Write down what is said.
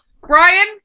Brian